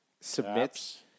submits